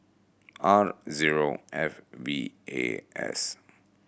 R zero F V A S